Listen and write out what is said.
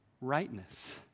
rightness